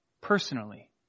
personally